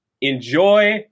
Enjoy